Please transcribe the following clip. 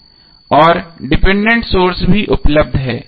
और dependent source भी उपलब्ध हैं